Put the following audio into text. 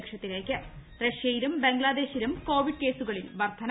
ലക്ഷത്തിലേക്ക് റഷ്യയിലും ബംഗ്ലാദേശിലും കോവിഡ് കേസുകളിൽ വർധന